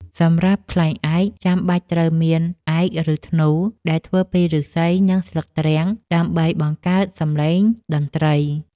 សម្រាប់ខ្លែងឯក ចាំបាច់ត្រូវមាន ឯក ឬធ្នូ ដែលធ្វើពីឫស្សី និងស្លឹកទ្រាំង ដើម្បីបង្កើតសំឡេងតន្ត្រី។